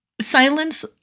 Silence